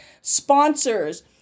Sponsors